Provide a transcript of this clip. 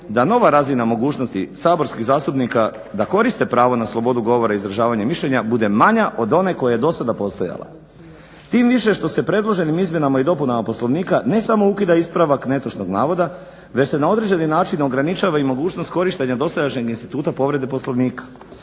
da nova razina mogućnosti saborskih zastupnika da koriste pravo na slobodu govora i izražavanja mišljenja bude manja od one koja je do sada postojala tim više što se predloženim izmjenama i dopunama Poslovnika ne samo ukida ispravak netočnog navoda već se na određeni način ograničava i mogućnost korištenja dosadašnjeg instituta povrede Poslovnika.